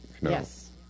Yes